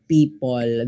People